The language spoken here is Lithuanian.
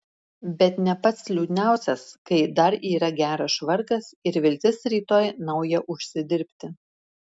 bet ne pats liūdniausias kai dar yra geras švarkas ir viltis rytoj naują užsidirbti